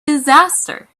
disaster